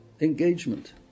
engagement